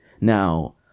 now